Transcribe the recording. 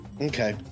Okay